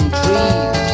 trees